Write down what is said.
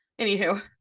Anywho